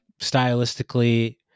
stylistically